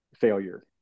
failure